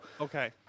Okay